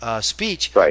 speech